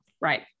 Right